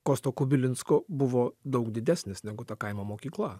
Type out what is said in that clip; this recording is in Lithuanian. kosto kubilinsko buvo daug didesnis negu ta kaimo mokykla